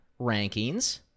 rankings